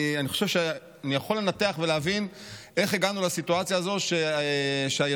אני חושב שאני יכול לנתח ולהבין איך הגענו לסיטואציה הזו שהיתומים,